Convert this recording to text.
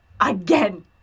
again